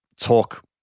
talk